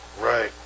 Right